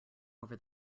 over